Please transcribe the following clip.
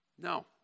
No